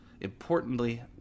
Importantly